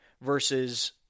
versus